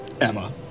Emma